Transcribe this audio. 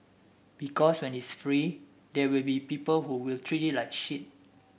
because when it's free there will be people who will treat it like shit